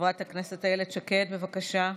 חברת הכנסת איילת שקד, בבקשה.